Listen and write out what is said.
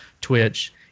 Twitch